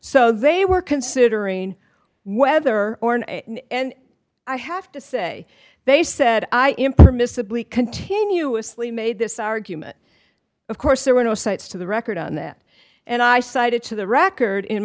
so they were considering whether or not i have to say they said i impermissibly continuously made this argument of course there were no cites to the record on that and i cited to the record in